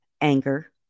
anger